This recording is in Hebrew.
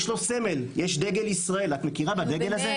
יש לו סמל, יש דגל ישראל - את מכירה בדגל הזה?